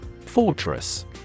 Fortress